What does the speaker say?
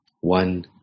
One